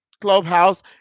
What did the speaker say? Clubhouse